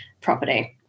property